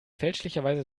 fälschlicherweise